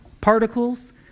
particles